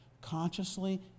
consciously